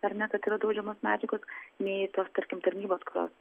ar ne kad yra draudžiamos medžiagos nei tos tarkim tarnybos kurios